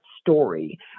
story